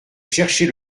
chercher